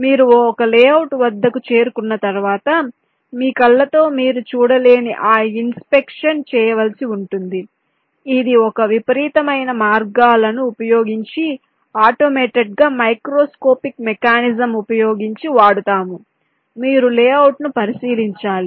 మీరు ఒక లేఅవుట్ వద్దకు చేరుకున్న తర్వాత మీ కళ్ళతో మీరు చూడలేని ఆ ఇన్స్పెక్షన్ చేయవలసి ఉంటుంది ఇది ఒక విపరీతమైన మార్గాలను ఉపయోగించి ఆటోమేటడ్గా మైక్రోస్కోపిక్ మెకానిజం ఉపయోగించి వాడుతాము మీరు లేఅవుట్ను పరిశీలించాలి